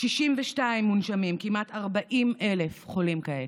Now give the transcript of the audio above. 62 מונשמים, כמעט 40,000 חולים כעת.